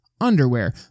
underwear